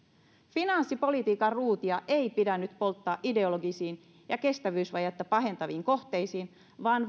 finanssipolitiikan ruutia ei pidä nyt polttaa ideologisiin ja kestävyysvajetta pahentaviin kohteisiin vaan